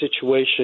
situation